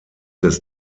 des